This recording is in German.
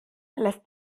lässt